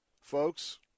folks